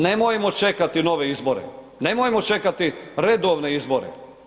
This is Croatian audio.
Nemojmo čekati nove izbore, nemojmo čekati redovne izbore.